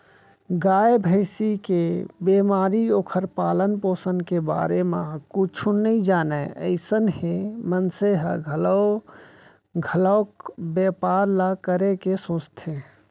गाय, भँइसी के बेमारी, ओखर पालन, पोसन के बारे म कुछु नइ जानय अइसन हे मनसे ह घलौ घलोक बैपार ल करे के सोचथे